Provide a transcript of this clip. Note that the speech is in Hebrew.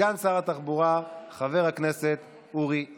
סגן שרת התחבורה, חבר הכנסת אורי מקלב.